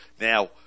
Now